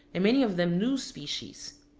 and many of them new species.